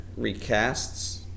recasts